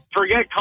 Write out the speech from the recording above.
forget